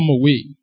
away